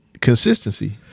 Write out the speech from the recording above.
consistency